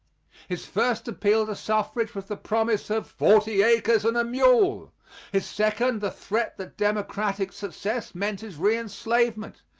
his first appeal to suffrage was the promise of forty acres and a mule his second, the threat that democratic success meant his re-enslavement.